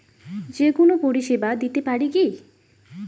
যে কোনো পরিষেবা দিতে পারি কি?